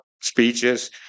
speeches